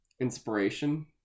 inspiration